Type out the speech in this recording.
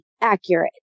Accurate